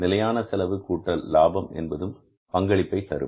நிலையான செலவு கூட்டல் லாபம் என்பதும் பங்களிப்பை தரும்